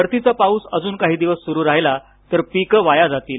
परतीचा पाऊस अजून काही दिवस सुरू राहिला तर पीक वाया जातील